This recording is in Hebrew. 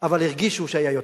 אבל הרגישו שהיה יותר,